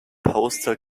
postal